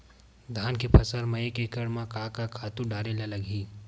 धान के फसल म एक एकड़ म का का खातु डारेल लगही?